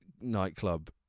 nightclub